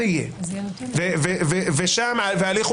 חילוט